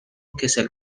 کسل